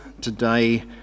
today